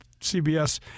CBS